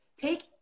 Take